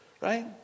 right